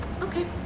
okay